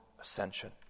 ascension